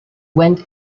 went